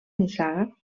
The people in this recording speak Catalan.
nissaga